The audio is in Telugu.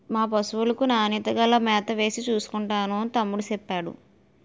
మా పశువులకు నాణ్యత గల మేతవేసి చూసుకుంటున్నాను తమ్ముడూ సెప్పేడు